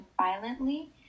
violently